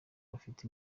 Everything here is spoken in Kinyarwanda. bafite